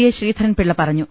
S Sreedharan Pillai പറഞ്ഞു